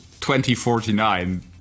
2049